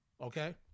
Okay